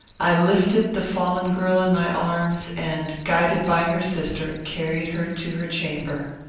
i lifted the fallen girl in my arms and, guided by her sister, carried her to her chamber.